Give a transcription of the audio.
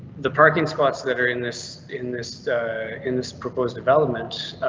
the parking spots that are in this in this in this proposed development,